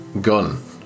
gun